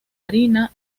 harina